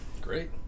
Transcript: Great